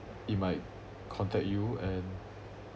it might contact you and